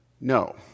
No